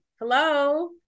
Hello